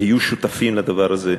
היו שותפים לדבר הזה.